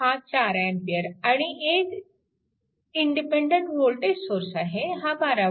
हा 4A आणि एक इंडिपेन्डन्ट वोल्टेज सोर्स आहे हा 12V